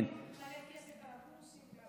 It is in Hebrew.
גם משלמים מלא כסף על הקורסים.